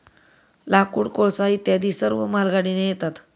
लाकूड, कोळसा इत्यादी सर्व मालगाडीने येतात